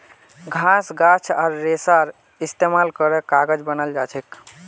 घास गाछ आर रेशार इस्तेमाल करे कागज बनाल जाछेक